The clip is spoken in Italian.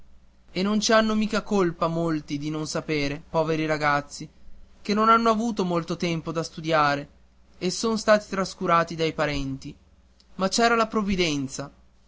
e non ci hanno mica colpa molti di non sapere poveri ragazzi che non hanno avuto molto tempo da studiare e son stati trascurati dai parenti ma c'era la provvidenza